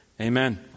Amen